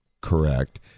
Correct